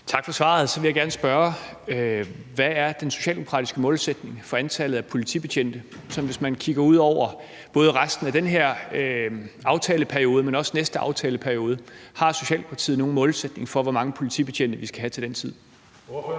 Tak for svaret. Så vil jeg gerne spørge, hvad den socialdemokratiske målsætning er for antallet af politibetjente. Hvis man kigger ud over både resten af den her aftaleperiode, men også den næste aftaleperiode, har Socialdemokratiet så nogen målsætning for, hvor mange politibetjente vi skal have til den tid? Kl.